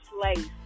place